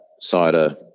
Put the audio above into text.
cider